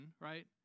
Right